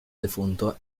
defunto